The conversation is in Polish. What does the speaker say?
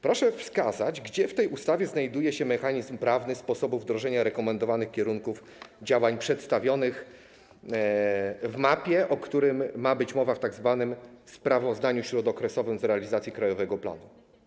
Proszę wskazać, gdzie w tej ustawie zapisany jest mechanizm prawny dotyczący sposobu wdrożenia rekomendowanych kierunków działań przedstawionych na mapie, o którym ma być mowa w tzw. sprawozdaniu śródokresowym z realizacji krajowego planu.